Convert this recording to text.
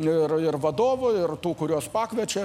ir ir vadovų ir tų kuriuos pakviečia